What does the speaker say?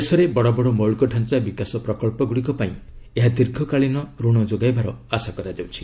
ଦେଶରେ ବଡ଼ ବଡ଼ ମୌଳିକ ଢାଞ୍ଚା ବିକାଶ ପ୍ରକଳ୍ପ ଗୁଡ଼ିକ ପାଇଁ ଏହା ଦୀର୍ଘକାଳୀନ ଋଣ ଯୋଗାଇବାର ଆଶା କରାଯାଉଛି